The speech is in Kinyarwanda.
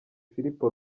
filipo